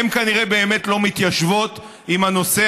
הן כנראה באמת לא מתיישבות עם הנושא